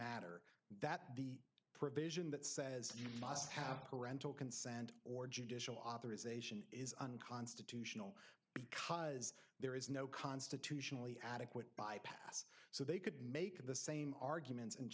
matter that the provision that says you must have parental consent or judicial authorization is unconstitutional because there is no constitutionally adequate bypass so they could make the same arguments and